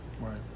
Right